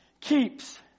keeps